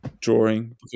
drawing